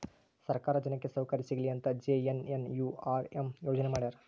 ಸರ್ಕಾರ ಜನಕ್ಕೆ ಸೌಕರ್ಯ ಸಿಗಲಿ ಅಂತ ಜೆ.ಎನ್.ಎನ್.ಯು.ಆರ್.ಎಂ ಯೋಜನೆ ಮಾಡ್ಯಾರ